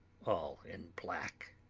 all in black.